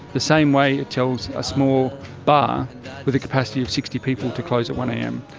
the same way it tells a small bar with a capacity of sixty people to close at one am.